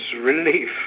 relief